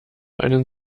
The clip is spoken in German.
einen